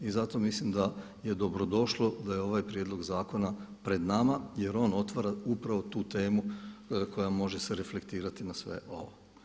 I zato mislim da je dobro došlo da je ovaj prijedlog zakona pred nama jer on otvara upravo tu temu koja može se reflektirati na sve ovo.